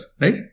right